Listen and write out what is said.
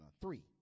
three